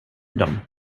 dem